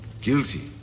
guilty